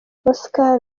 oscar